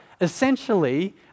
essentially